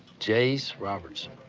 jase robertson,